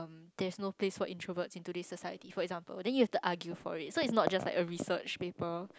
there's no place for introverts in today's society for example then you have to argue for it so it's not just like a research paper